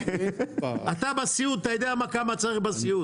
אתה בסיוט, אתה יודע כמה צריך בסיוט.